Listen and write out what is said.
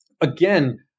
again